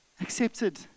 Accepted